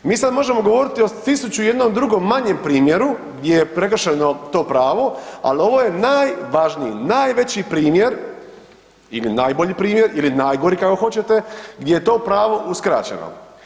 Mi sad možemo govoriti o 1001 drugom manjem primjeru gdje je prekršeno to pravo, al ovo je najvažniji i najveći primjer ili najbolji primjer ili najgori kako hoćete gdje je to pravo uskraćeno.